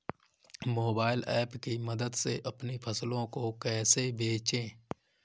Mobile app की मदद से अपनी फसलों को कैसे बेचें?